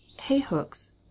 hay-hooks